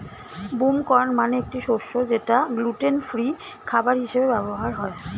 broom corn মানে একটি শস্য যেটা গ্লুটেন ফ্রি খাবার হিসেবে ব্যবহার হয়